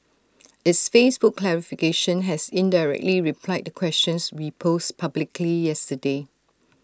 its Facebook clarification has indirectly replied the questions we posed publicly yesterday